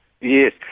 Yes